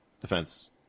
defense